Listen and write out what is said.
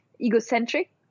egocentric